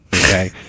okay